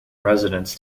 residence